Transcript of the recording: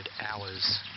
hours